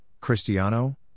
Cristiano